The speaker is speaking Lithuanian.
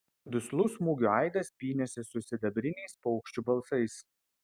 duslus smūgių aidas pynėsi su sidabriniais paukščių balsais